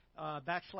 backslash